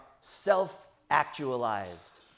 self-actualized